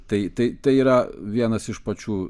tai tai tai yra vienas iš pačių